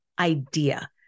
idea